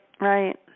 right